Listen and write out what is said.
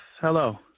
hello